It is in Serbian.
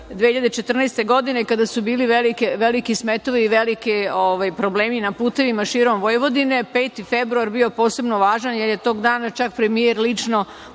2014. godine kada su bili veliki smetovi, veliki problemi na putevima širom Vojvodine, 5. februar bio poseban važan, jer je tog dana, čak premijer lično